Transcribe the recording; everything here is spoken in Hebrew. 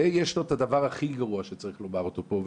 ויש לו את הדבר הכי גרוע שצריך לומר אותו פה,